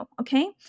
okay